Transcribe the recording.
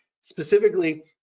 specifically